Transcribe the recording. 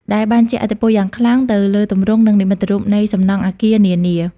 ដែលបានជះឥទ្ធិពលយ៉ាងខ្លាំងទៅលើទម្រង់ និងនិមិត្តរូបនៃសំណង់អគារនានា។